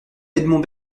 edmond